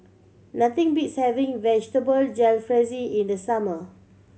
nothing beats having Vegetable Jalfrezi in the summer